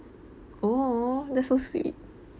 oh that's so sweet